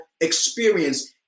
experience